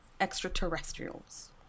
extraterrestrials